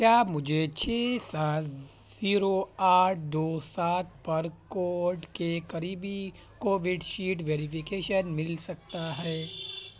کیا مجھے چھ سات زیرو آٹھ دو سات پر کوڈ کے قریبی کووڈ شیڈ ویریفکیشن مل سکتا ہے